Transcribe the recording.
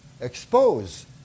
expose